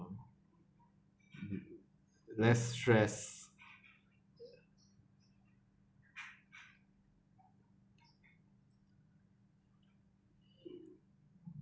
um less stress